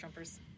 Trumpers